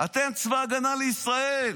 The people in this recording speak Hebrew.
אתם צבא ההגנה לישראל,